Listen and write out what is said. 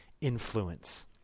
influence